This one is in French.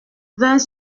vingt